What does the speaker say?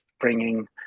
bringing